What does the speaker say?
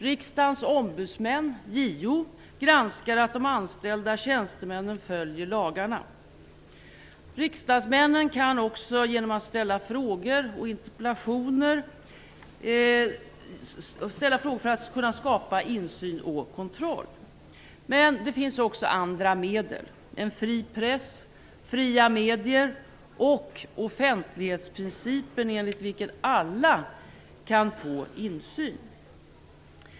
Riksdagens ombudsmän, JO, granskar att de anställda tjänstemännen följer lagarna. Riksdagsmännen kan också ställa frågor och interpellationer för att skapa insyn och kontroll. Men det finns även andra medel: en fri press, fria medier och offentlighetsprincipen enligt vilken alla kan få insyn.